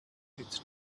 its